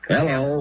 Hello